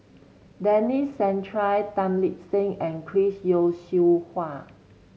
Denis Santry Tan Lip Seng and Chris Yeo Siew Hua